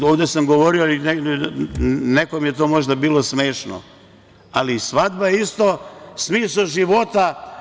Ovde sam govorio i nekome je to možda bilo smešno, ali svadba je isto smisao života.